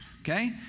Okay